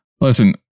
listen